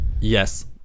yes